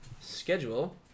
schedule